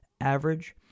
average